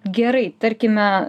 gerai tarkime